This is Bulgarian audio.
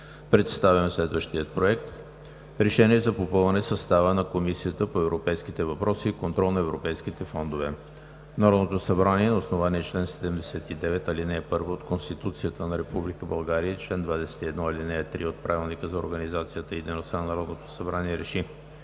Представям следващия: „Проект! РЕШЕНИЕ за попълване състава на Комисията по европейските въпроси и контрол на европейските фондове Народното събрание на основание чл. 79, ал. 1 от Конституцията на Република България и чл. 21, ал. 3 от Правилника за организацията и дейността на Народното събрание